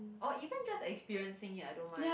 or even just experiencing it I don't mind